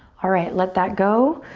alright, let that go.